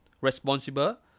responsible